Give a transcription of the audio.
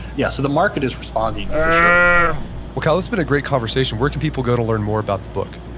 yeah, so the market is responding for sure well, cal, it's been a great conversation. where can people go to learn more about the book?